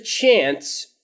chance